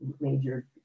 major